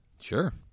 Sure